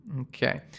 Okay